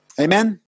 Amen